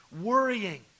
worrying